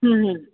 ହୁଁ ହୁଁ